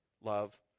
Love